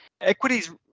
equities